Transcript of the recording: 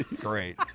Great